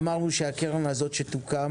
אמרנו שהקרן שתוקם,